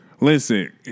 Listen